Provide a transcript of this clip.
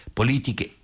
politiche